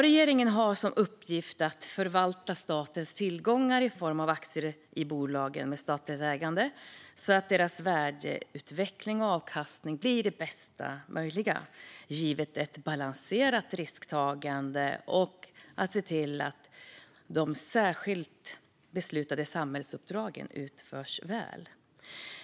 Regeringen har som uppgift att förvalta statens tillgångar i form av aktier i bolagen med statlig ägande så att deras värdeutveckling och avkastning blir de bästa möjliga, givet ett balanserat risktagande, samt att se till att de särskilt beslutade samhällsuppdragen utförs väl.